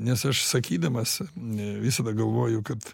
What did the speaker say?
nes aš sakydamas visada galvoju kad